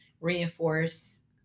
reinforce